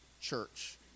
church